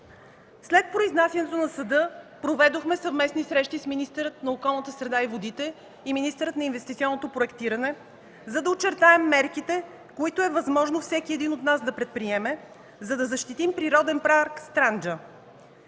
След произнасянето на съда проведохме съвместни срещи с министъра на околната среда и водите и министъра на инвестиционното проектиране, за да очертаем мерките, които е възможно всеки един от нас да предприеме, за да защитим природен парк „Странджа”,